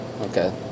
Okay